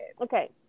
Okay